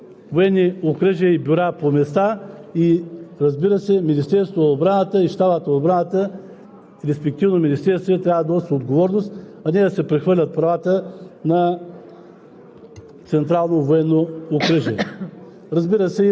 с ранг на въоръжени сили, което е недопустимо. Тъй като през годините милиони армии са мобилизирани с военни окръжия и бюра по места и, разбира се, Министерството на отбраната и Щабът на отбраната,